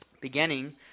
beginning